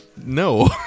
No